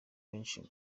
benshi